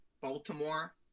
Baltimore